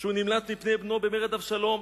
כשהוא נמלט מפני בנו במרד אבשלום.